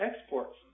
exports